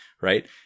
Right